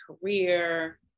career